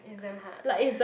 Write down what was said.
is damn hard